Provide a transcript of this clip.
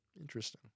Interesting